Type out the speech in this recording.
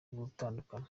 gutandukana